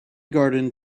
garden